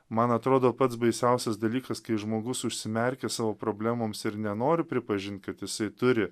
man atrodo pats baisiausias dalykas kai žmogus užsimerkia savo problemoms ir nenor pripažint kad jisai turi